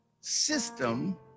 system